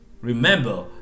Remember